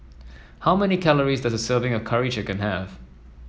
how many calories does a serving of Curry Chicken have